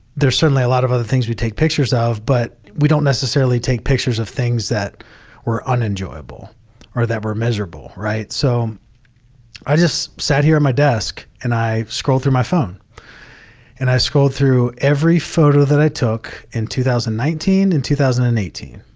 there's certainly a lot of other things we take pictures of, but we don't necessarily take pictures of things that were unenjoyable or that were miserble. right? so i just sat here at my desk and i scrolled through my phone and i scrolled through every photo that i took in two thousand and nineteen and two thousand and eighteen.